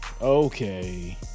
okay